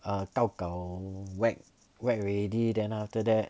err 到 gao whack whack already then after that